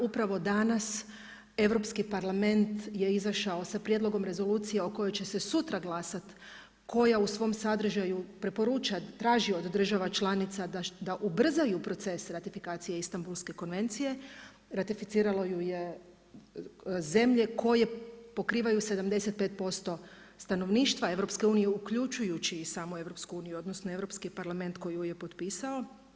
Upravo danas Europski parlament je izašao sa prijedlogom Rezolucije o kojoj će se sutra glasati koja u svom sadržaju preporuča, traži od država članica da ubrzaju proces ratifikacije Istambulske konvencije, ratificirale su je zemlje koje pokrivaju 75% stanovništva EU uključujući i samu EU, odnosno Europski parlament koji ju je i potpisao.